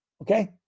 Okay